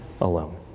alone